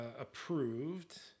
approved